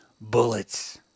bullets